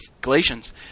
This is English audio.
Galatians